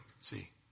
see